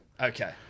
Okay